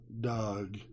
dog